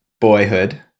boyhood